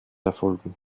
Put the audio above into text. erfolgen